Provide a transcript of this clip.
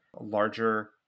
larger